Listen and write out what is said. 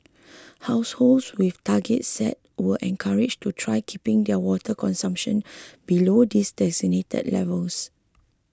households with targets set were encouraged to try keeping their water consumption below these designated levels